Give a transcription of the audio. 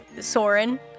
Soren